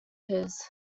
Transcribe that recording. his